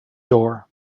door